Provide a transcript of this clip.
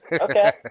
Okay